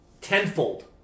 tenfold